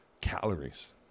calories